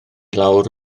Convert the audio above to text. lawr